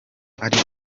ari